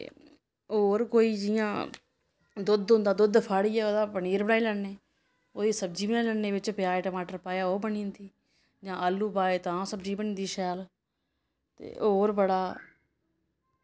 ते होर कोई जियां दुद्ध होंदा दुद्ध फाड़ियै ओह्दा पनीर बनाई लैन्ने ओह्दी सब्जी बनाई लैन्ने बिच्च प्याज टमाटर पाया ओह् बनी जंदी जां आलू पाए तां सब्जी बनदी शैल ते होर बड़ा